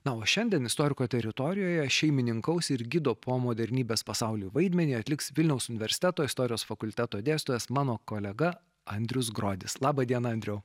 na o šiandien istoriko teritorijoje šeimininkaus ir gido po modernybės pasaulį vaidmenį atliks vilniaus universiteto istorijos fakulteto dėstytojas mano kolega andrius grodis laba diena andriau